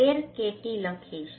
13KT લખીશ